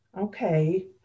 Okay